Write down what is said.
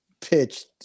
pitched